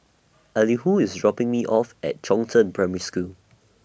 Elihu IS dropping Me off At Chongzheng Primary School